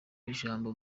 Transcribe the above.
ijambo